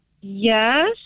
Yes